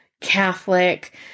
Catholic